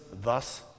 thus